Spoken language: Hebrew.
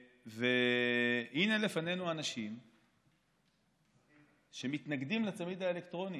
והינה לפנינו אנשים שמתנגדים לצמיד האלקטרוני.